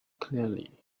clearly